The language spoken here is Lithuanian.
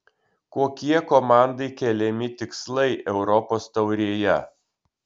kokie komandai keliami tikslai europos taurėje